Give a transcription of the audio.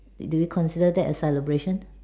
do you consider that as celebration